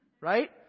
right